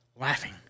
laughing